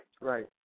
Right